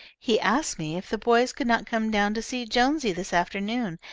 he asked me if the boys could not come down to see jonesy this afternoon,